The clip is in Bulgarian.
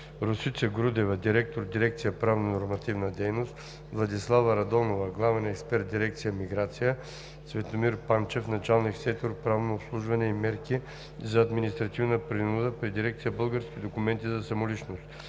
Росица Грудева, директор дирекция „Правно-нормативна дейност“, Владислава Радонова – главен експерт дирекция „Миграция“, Цветомир Панчев – началник на сектор „Правно обслужване и мерки за административна принуда“ при дирекция „Български документи за самоличност“.